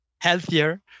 healthier